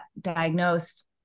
diagnosed